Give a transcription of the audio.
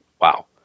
wow